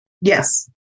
Yes